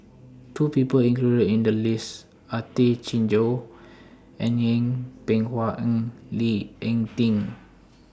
The People included in The list Are Tay Chin Joo Yeng Pway Ngon and Lee Ek Tieng